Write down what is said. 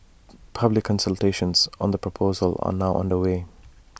public consultations on the proposals are now underway